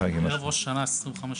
ערב ראש השנה, ה-25 לספטמבר.